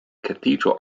cathedral